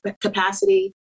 capacity